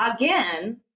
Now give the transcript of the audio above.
again